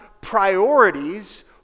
priorities